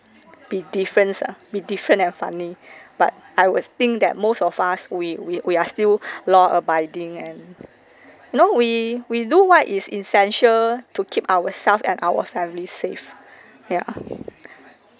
be difference ah be different and funny but I will think that most of us we we we are still law-abiding and you know we we do what is essential to keep ourselves and our family safe ya